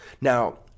Now